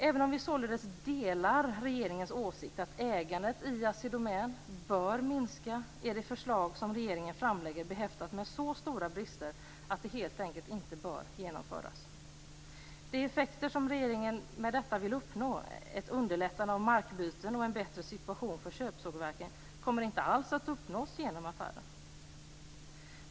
Även om vi således delar regeringens åsikt att ägandet i Assi Domän bör minska är det förslag som regeringen framlägger behäftat med så stora brister att det helt enkelt inte bör genomföras. De effekter som regeringen med detta vill uppnå - ett underlättande av markbyten och en bättre situation för köpsågverken - kommer inte alls att uppnås genom affären.